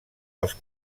els